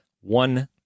one